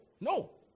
No